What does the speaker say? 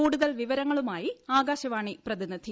കൂടുതൽ വിവരങ്ങളുമായി ആകാശ്വാണി പ്രതിനിധി